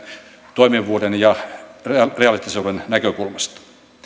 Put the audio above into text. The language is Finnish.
toimivuuden ja realistisuuden näkökulmasta